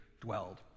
dwelled